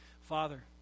Father